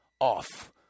off